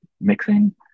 mixing